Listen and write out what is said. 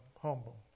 humble